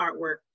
artwork